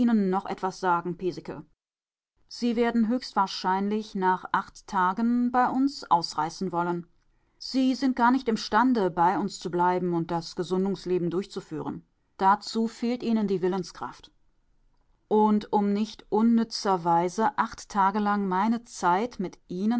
noch etwas sagen piesecke sie werden höchstwahrscheinlich nach acht tagen bei uns ausreißen wollen sie sind gar nicht imstande bei uns zu bleiben und das gesundungsleben durchzuführen dazu fehlt ihnen die willenskraft und um nicht unnützerweise acht tage lang meine zeit mit ihnen